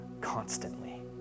constantly